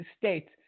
States